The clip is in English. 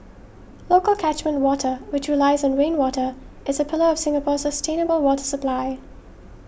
local catchment water which relies on rainwater is a pillar of Singapore's sustainable water supply